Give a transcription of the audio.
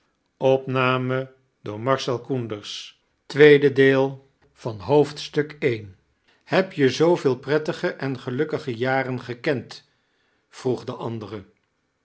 heb je zoo veel prettige en gelukkige jaren gekead vroeg de andere